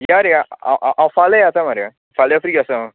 या रे या फल्यां येता मरे फाल्यां फ्री आसा हांव